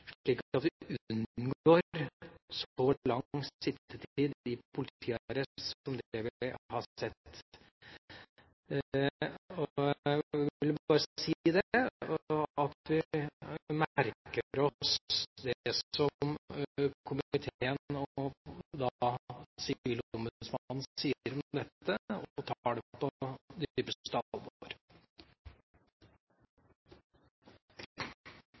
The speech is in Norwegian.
slik at vi unngår så lang sittetid i politiarrest som det vi har sett. Jeg vil bare si at vi merker oss det som komiteen og sivilombudsmannen sier om dette, og at vi tar det på